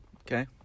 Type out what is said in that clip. Okay